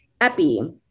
Epi